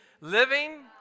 Living